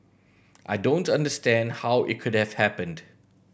I don't understand how it could have happened